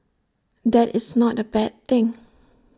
that is not A bad thing